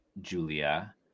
Julia